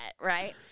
right